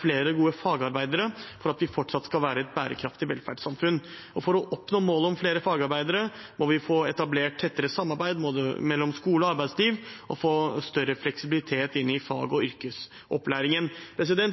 flere gode fagarbeidere for at vi fortsatt skal være et bærekraftig velferdssamfunn. For å oppnå målet om flere fagarbeidere må vi få etablert et tettere samarbeid mellom skole og arbeidsliv og få større fleksibilitet inn i fag- og yrkesopplæringen.